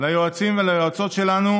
ליועצים וליועצות שלנו,